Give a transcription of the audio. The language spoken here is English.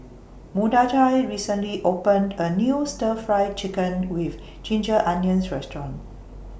Mordechai recently opened A New Stir Fried Chicken with Ginger Onions Restaurant